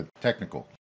technical